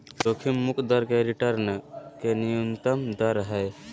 जोखिम मुक्त दर रिटर्न के न्यूनतम दर हइ